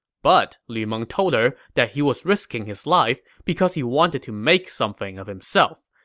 but lu meng told her that he was risking his life because he wanted to make something of himself,